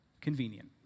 convenient